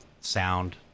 sound